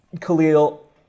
Khalil